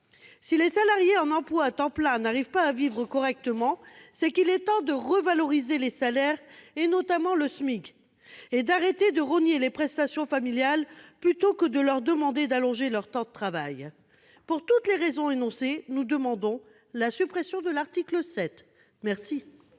Si les salariés en emploi à temps plein n'arrivent pas à vivre correctement, c'est qu'il est temps de revaloriser les salaires, notamment le SMIC, et d'arrêter de rogner sur les prestations familiales plutôt que de leur demander d'allonger leur temps de travail. Pour toutes les raisons énoncées, nous demandons la suppression de l'article 7. Quel